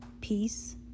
peace